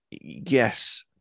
yes